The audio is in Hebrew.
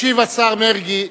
ישיב השר מרגי,